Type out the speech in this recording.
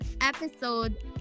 episode